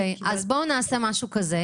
אז בואו נעשה משהו כזה.